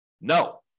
No